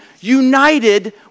united